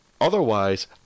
Otherwise